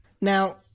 now